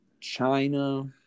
China